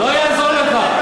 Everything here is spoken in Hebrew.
לא יעזור לך.